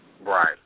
Right